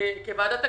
כוועדת הכספים,